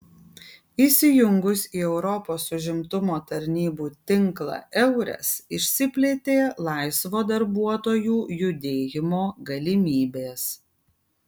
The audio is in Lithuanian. įsijungus į europos užimtumo tarnybų tinklą eures išsiplėtė laisvo darbuotojų judėjimo galimybės